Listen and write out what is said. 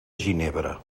ginebra